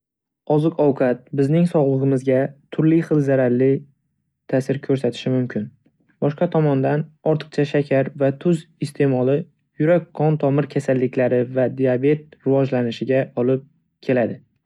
Oziq-ovqat bizning sog'lig'imizga turli xil zararli ta'sir ko'rsatishi mumkin. Boshqa tomondan ortiqcha shakar va tuz iste'moli yurak-qon tomir kasalliklari va diabet rivojlanishiga olib keladi.